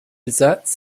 desserts